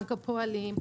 בנק הפועלים,